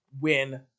win